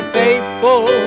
faithful